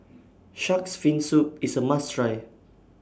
Shark's Fin Soup IS A must Try